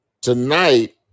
tonight